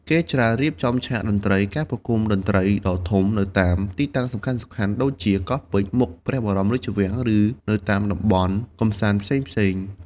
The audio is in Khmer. គេច្រើនរៀបចំឆាកតន្ត្រី ការប្រគំតន្ត្រីដ៏ធំនៅទីតាំងសំខាន់ៗដូចជា កោះពេជ្រ មុខព្រះបរមរាជវាំង ឬនៅតាមតំបន់កម្សាន្តផ្សេងៗ។